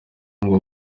ngo